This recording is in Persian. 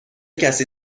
کسی